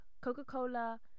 coca-cola